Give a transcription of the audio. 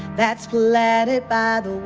that's planted by the